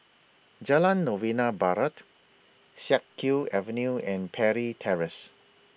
Jalan Novena Barat Siak Kew Avenue and Parry Terrace